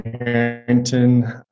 Harrington